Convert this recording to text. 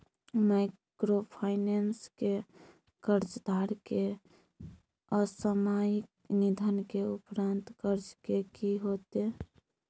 Microfinance के कर्जदार के असामयिक निधन के उपरांत कर्ज के की होतै?